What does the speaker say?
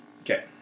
Okay